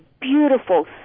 beautiful